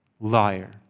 Liar